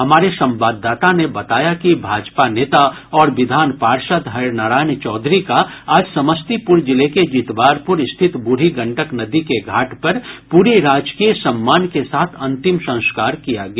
हमारे संवाददाता ने बताया कि भाजपा नेता और विधान पार्षद हरिनारायण चौधरी का आज समस्तीपुर जिले के जितवारपुर स्थित ब्रूढ़ी गंडक नदी के घाट पर पूरे राजकीय सम्मान के साथ अंतिम संस्कार किया गया